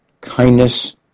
kindness